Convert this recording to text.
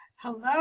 Hello